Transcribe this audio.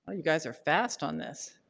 you guys are fast on this.